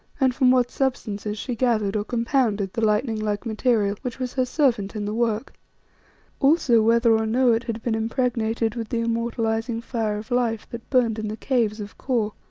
and from what substances she gathered or compounded the lightning-like material, which was her servant in the work also, whether or no it had been impregnated with the immortalizing fire of life that burned in the caves of kor.